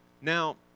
Now